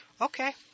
Okay